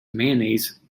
mayonnaise